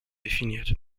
definiert